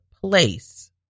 place